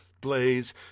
blaze